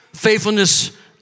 Faithfulness